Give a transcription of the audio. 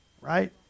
right